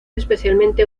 especialmente